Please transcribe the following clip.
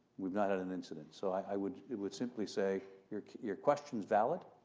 we've not had an incident. so, i would would simply say, your your question's valid,